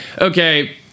okay